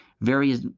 various